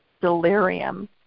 delirium